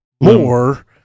more